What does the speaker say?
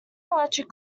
electric